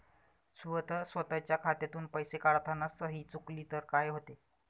स्वतः स्वतःच्या खात्यातून पैसे काढताना सही चुकली तर काय होते?